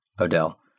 Odell